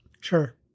Sure